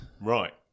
Right